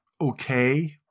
okay